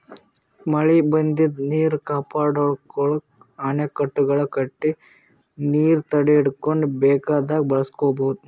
ಮಳಿ ಬಂದಿದ್ದ್ ನೀರ್ ಕಾಪಾಡ್ಕೊಳಕ್ಕ್ ಅಣೆಕಟ್ಟೆಗಳ್ ಕಟ್ಟಿ ನೀರ್ ತಡೆಹಿಡ್ಕೊಂಡ್ ಬೇಕಾದಾಗ್ ಬಳಸ್ಕೋಬಹುದ್